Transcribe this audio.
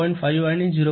5 आणि 0